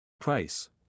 Price